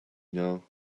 know